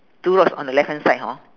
two rocks on the left hand side hor